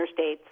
interstates